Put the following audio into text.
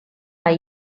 are